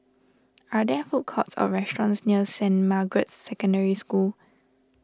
are there food courts or restaurants near Saint Margaret's Secondary School